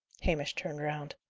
hamish turned round.